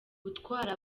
gutwara